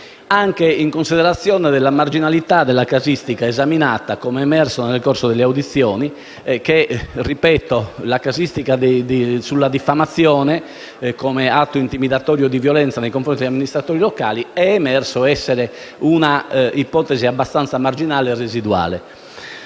anche in considerazione della marginalità della casistica esaminata, come emerso nel corso delle audizioni: la casistica sulla diffamazione, come atto intimidatorio e di violenza nei confronti degli amministratori locali, è emerso essere un'ipotesi abbastanza marginale e residuale.